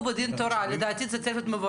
יש שם עוד סעיף, בסעיף קטן (ב)(2)